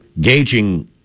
gauging